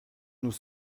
nous